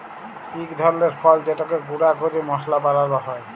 ইক ধরলের ফল যেটকে গুঁড়া ক্যরে মশলা বালাল হ্যয়